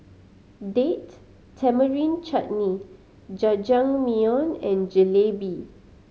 Date Tamarind Chutney Jajangmyeon and Jalebi